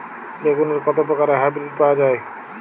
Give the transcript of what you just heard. বেগুনের কত প্রকারের হাইব্রীড পাওয়া যায়?